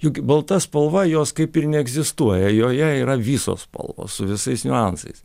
juk balta spalva jos kaip ir neegzistuoja joje yra visos spalvos su visais niuansais